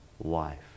life